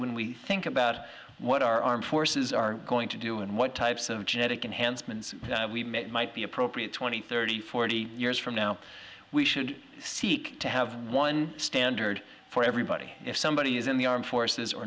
when we think about what our armed forces are going to do and what types of genetic enhancement we make might be appropriate twenty thirty forty years from now we should seek to have one standard for everybody if somebody is in the armed forces or